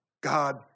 God